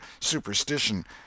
superstition